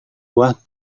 buah